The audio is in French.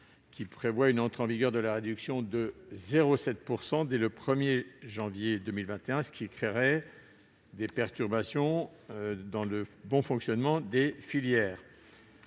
prévoir une entrée en vigueur de la réduction de 0,7 % dès le 1 janvier 2021 créerait des perturbations dans le bon fonctionnement des filières.